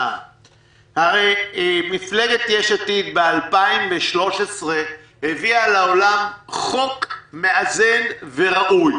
הרי מפלגת יש עתיד ב-2013 הביאה לעולם חוק מאזן וראוי,